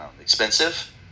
expensive